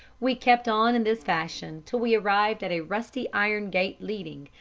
we kept on in this fashion till we arrived at a rusty iron gate leading,